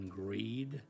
greed